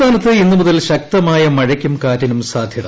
സംസ്ഥാനത്ത് ഇന്ന് മുതൽ ശക്തമായ മഴയ്ക്കും കാറ്റിനും സാധൃത